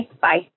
Bye